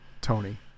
Tony